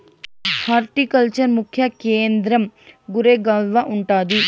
horticulture ముఖ్య కేంద్రం గురేగావ్ల ఉండాది